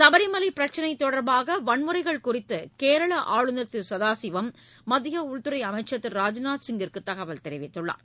சபரிமலை பிரச்னை தொடர்பான வன்முறைகள் குறித்து கேரள ஆளுநர் திரு சதாசிவம் மத்திய உள்துறை அமைச்சர் திரு ராஜ்நாத் சிங்குக்கு தகவல் தெரிவித்துள்ளார்